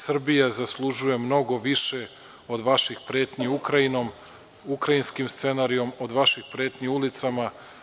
Srbija zaslužuje mnogo više od vaših pretnji Ukrajinom, ukrajinskim scenarijom, od vaših pretnji ulicama.